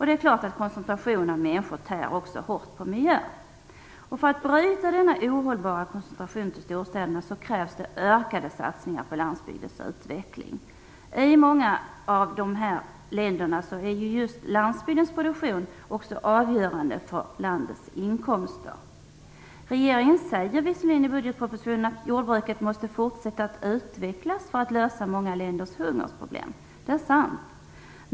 Det är klart att koncentrationen av människor också tär hårt på miljön. För att bryta denna ohållbara koncentration till storstäderna krävs det ökade satsningar på landsbygdens utveckling. I många av de här länderna är just landsbygdens produktion också avgörande för landets inkomster. Regeringen säger visserligen i budgetpropositionen att jordbruket måste fortsätta att utvecklas för att många länders hungerproblem skall lösas. Det är sant.